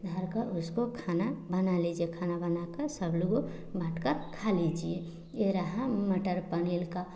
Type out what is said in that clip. धरकर उसको खाना बना लीजिए खाना बनाकर सब लोग बाँटकर खा लीजिए यह रहा मटर पनीर का